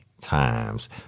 times